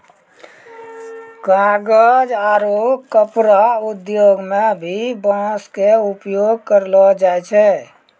कागज आरो कपड़ा उद्योग मं भी बांस के उपयोग करलो जाय छै